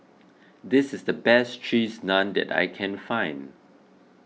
this is the best Cheese Naan that I can find